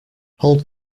hold